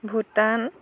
Bhutan